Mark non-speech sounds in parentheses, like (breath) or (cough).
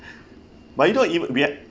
(breath) but you don't even react